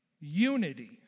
unity